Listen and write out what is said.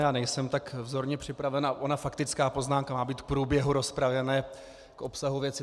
Já nejsem tak vzorně připraven a ona faktická poznámka má být k průběhu rozpravy a ne k obsahu věci.